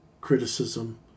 criticism